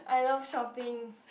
I love shopping